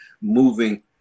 moving